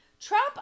Trump